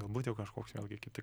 galbūt jau kažkoks vėl gi kiti